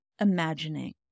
imagining